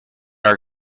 our